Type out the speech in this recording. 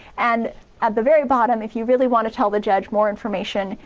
and at the very bottom if you really want to tell the judge more information,